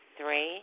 three